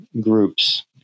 groups